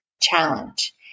challenge